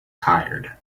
tired